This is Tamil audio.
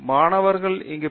மாணவர்கள் இங்கு பி